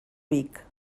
vic